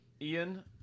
Ian